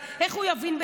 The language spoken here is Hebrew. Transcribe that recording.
מה הוא מבין בערכי צה"ל?